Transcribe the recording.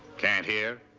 can't hear,